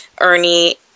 Ernie